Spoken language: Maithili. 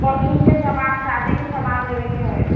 परचूनके सामान शादीके सामान लेबयके है